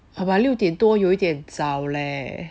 !huh! but 六点多有一点早 leh